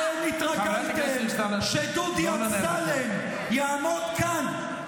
אתם התרגלתם שדודי אמסלם יעמוד כאן,